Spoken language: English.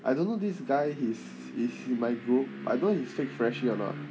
I don't know this guy he's he's in my group I don't he's fake freshie or not